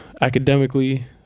academically